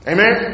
Amen